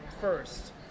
First